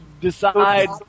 decide